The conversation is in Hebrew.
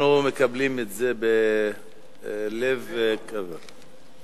אנחנו מקבלים את זה בלב, נהנינו.